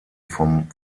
vom